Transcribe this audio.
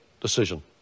decision